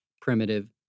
primitive